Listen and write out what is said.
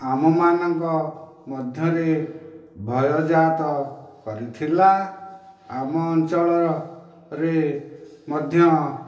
ଆମ ମାନଙ୍କ ମଧ୍ୟରେ ଭୟ ଜାତ କରିଥିଲା ଆମ ଆଞ୍ଚଳର ରେ ମଧ୍ୟ